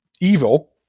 evil